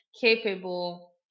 capable